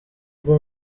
bwo